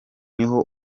niho